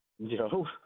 No